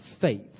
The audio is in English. faith